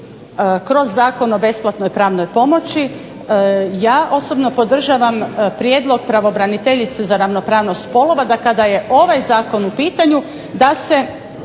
kroz Zakon o besplatnoj pravnoj pomoći ja osobno podržavam prijedlog pravobraniteljice za ravnopravnost spolova, da kada je ovaj zakon u pitanju da se,